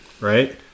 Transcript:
right